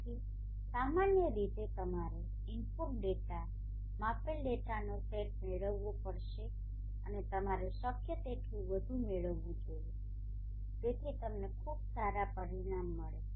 તેથી સામાન્ય રીતે તમારે ઇનપુટ ડેટા માપેલ ડેટાનો સેટ મેળવવો પડશે અને તમારે શક્ય તેટલું વધુ મેળવવું જોઈએ જેથી તમને ખૂબ સારા પરિણામ મળે